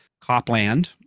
Copland